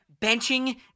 benching